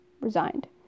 resigned